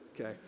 okay